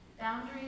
boundaries